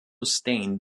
stained